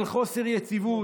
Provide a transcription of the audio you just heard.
על חוסר יציבות.